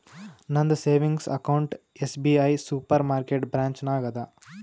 ನಂದ savings account SBI supermarket branch ನಾಗ್ ಅದಾ